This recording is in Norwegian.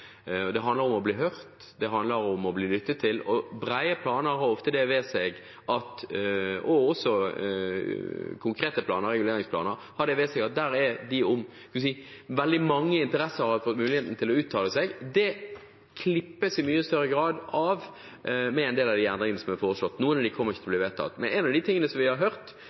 planer. Det handler om å bli hørt, det handler om å bli lyttet til. Brede planer, konkrete planer, og reguleringsplaner har ofte det ved seg at veldig mange interesser har fått muligheten til å uttale seg. Dette klippes i mye større grad av med en del av de endringene som er foreslått – noen av dem kommer ikke til å bli vedtatt. Men en av de tingene vi har hørt,